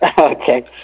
Okay